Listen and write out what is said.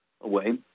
Away